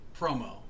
promo